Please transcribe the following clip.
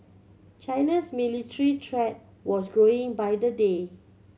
China's military threat was growing by the day